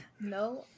No